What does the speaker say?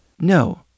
No